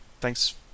Thanks